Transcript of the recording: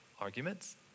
arguments